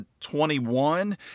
21